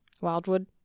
Wildwood